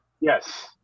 Yes